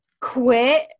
quit